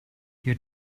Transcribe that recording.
your